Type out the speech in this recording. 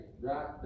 right